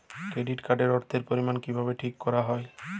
Credit card এর অর্থের পরিমান কিভাবে ঠিক করা হয়?